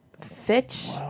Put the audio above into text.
Fitch